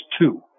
two